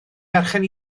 berchen